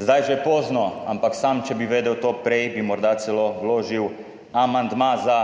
Zdaj že pozno, ampak sam, če bi vedel to prej, bi morda celo vložil amandma za